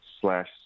slash